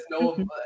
no